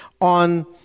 on